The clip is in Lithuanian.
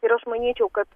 ir aš manyčiau kad